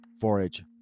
forage